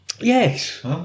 Yes